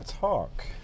talk